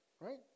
Right